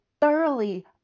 thoroughly